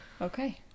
Okay